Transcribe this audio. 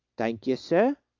thank you, sir,